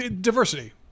diversity